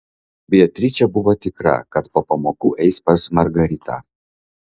beatričė buvo tikra kad po pamokų eis pas margaritą